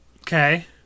Okay